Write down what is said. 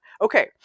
Okay